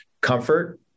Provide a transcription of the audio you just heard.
comfort